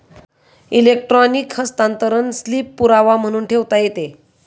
electronic हस्तांतरण slip पुरावा म्हणून ठेवता येते